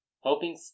hoping